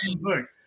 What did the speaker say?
look